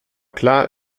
klar